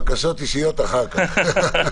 בקשות אישיות אחר כך.